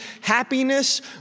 happiness